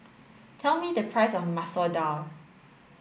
tell me the price of Masoor Dal